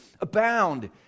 abound